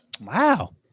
Wow